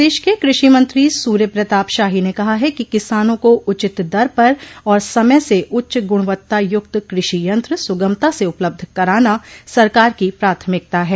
प्रदेश के कृषि मंत्री सूर्य प्रताप शाही ने कहा है कि किसानों को उचित दर पर और समय से उच्चगुणवत्ता युक्त कृषि यंत्र सुगमता से उपलब्ध कराना सरकार की प्राथमिकता है